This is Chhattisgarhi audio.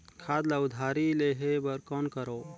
खाद ल उधारी लेहे बर कौन करव?